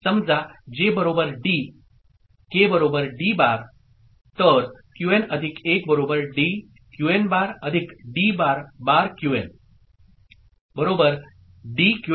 Qn Consider J D K D' Then Qn1 D